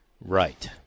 Right